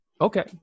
Okay